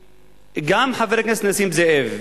שגם חבר הכנסת נסים זאב